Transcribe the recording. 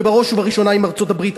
ובראש ובראשונה עם ארצות-הברית.